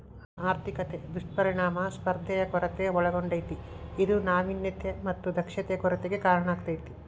ಆರ್ಥಿಕತೆ ದುಷ್ಪರಿಣಾಮ ಸ್ಪರ್ಧೆಯ ಕೊರತೆ ಒಳಗೊಂಡತೇ ಇದು ನಾವಿನ್ಯತೆ ಮತ್ತ ದಕ್ಷತೆ ಕೊರತೆಗೆ ಕಾರಣಾಕ್ಕೆತಿ